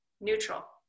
neutral